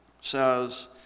says